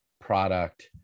product